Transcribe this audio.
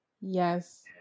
Yes